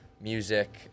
music